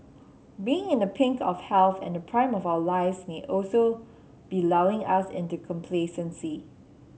being in the pink of health and the prime of our lives may also be lulling us into complacency